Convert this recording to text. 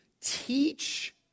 teach